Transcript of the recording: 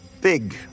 big